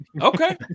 okay